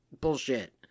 bullshit